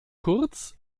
kurz